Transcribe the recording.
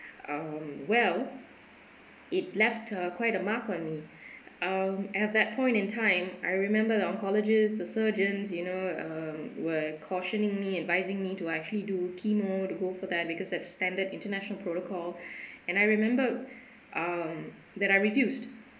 um well it left uh quite a mark on me um at that point in time I remember the oncologists the surgeons you know um were cautioning me advising me to actually do chemo~ to go for that because that's standard international protocol and I remember um that I refused